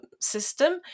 system